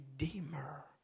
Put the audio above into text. redeemer